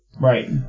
Right